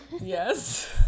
Yes